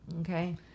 Okay